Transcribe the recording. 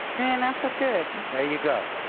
and not so good. there you go.